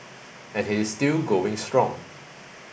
and he is still going strong